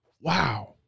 Wow